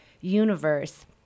universe